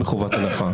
שכמו שהיא נאמרת,